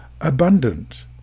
abundant